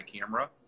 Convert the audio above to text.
camera